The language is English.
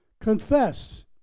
Confess